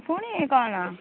ପୁଣି କ'ଣ